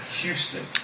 Houston